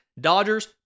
Dodgers